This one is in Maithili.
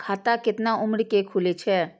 खाता केतना उम्र के खुले छै?